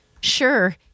sure